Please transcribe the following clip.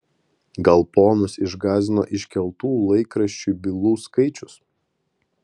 gal ponus išgąsdino iškeltų laikraščiui bylų skaičius